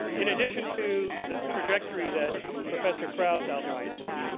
in addition to the trajectory that professor krauss outlined for you,